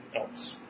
else